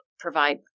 provide